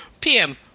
PM